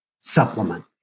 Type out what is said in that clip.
supplement